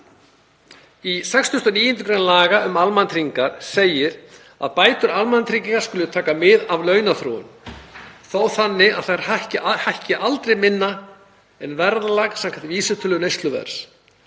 Í 69. gr. laga um almannatryggingar segir að bætur almannatrygginga skuli taka mið af launaþróun, þó þannig að þær hækki aldrei minna en verðlag samkvæmt vísitölu neysluverðs.